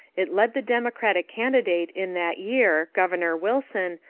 it led the democratic candidate in that year, governor wilson,